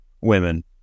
women